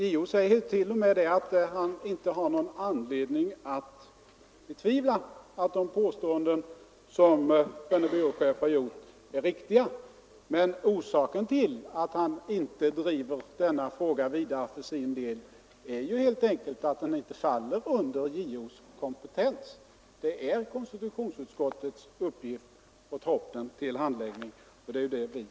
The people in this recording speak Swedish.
JO säger t.o.m. att han inte har någon anledning betvivla att de påståenden som ifrågavarande byråchef har gjort är riktiga. Men orsaken till att JO för sin del inte driver frågan vidare är helt enkelt att regeringens handläggningar inte faller under JO:s kompetens. Det är konstitutionsutskottets uppgift att ta upp den delen av frågan till granskning, och det är det vi har gjort.